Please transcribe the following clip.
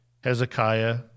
Hezekiah